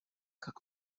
как